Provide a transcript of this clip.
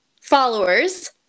followers